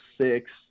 six